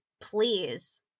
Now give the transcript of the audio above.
please